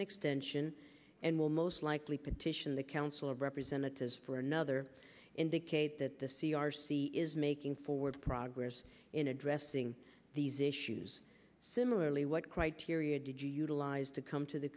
an extension and will most likely petition the council of representatives for another indicate that the c r c is making forward progress in addressing these issues similarly what criteria did you utilize to come to the